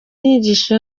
inyigisho